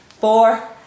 four